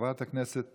חברת הכנסת